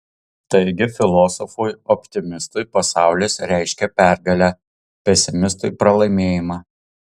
taigi filosofui optimistui pasaulis reiškia pergalę pesimistui pralaimėjimą